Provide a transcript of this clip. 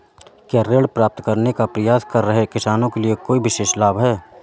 क्या ऋण प्राप्त करने का प्रयास कर रहे किसानों के लिए कोई विशेष लाभ हैं?